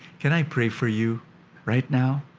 can i pray for you right now?